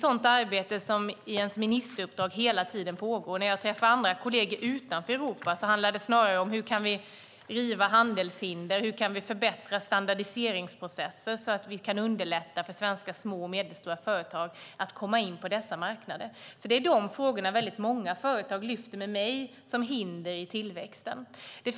Sådant arbete pågår hela tiden i mitt ministeruppdrag. När jag träffar kolleger utanför Europa handlar det snarare om hur vi kan riva handelshinder och förbättra standardiseringsprocesser så att vi kan underlätta för svenska små och medelstora företag att komma in på dessa marknader. Dessa frågor lyfter många företag upp med mig som hinder i tillväxten.